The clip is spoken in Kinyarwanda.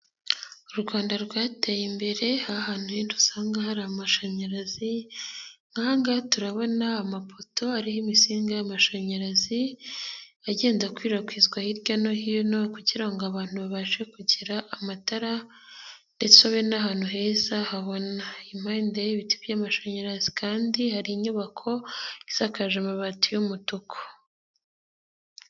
u Rwanda rwateye imbere, ahantu dusanga hari amashanyarazi, ahangaha turabona amapoto arimo insinga z'amashanyarazi, agenda akwirakwizwa hirya no hino kugira ngo abantu babashe kugira amatara ndetse babe n'ahantu heza habona, impande y'ibiti by'amashanyarazi kandi hari inyubako isakaje amabati y'umutuku.